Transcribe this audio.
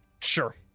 Sure